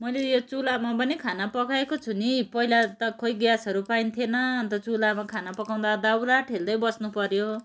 मैले यो चुलामा पनि खाना पकाएको छु नि पहिला त खोइ ग्यासहरू पाइन्थेन अन्त चुलामा खाना पकाउँदा दाउरा ठेल्दै बस्नुपऱ्यो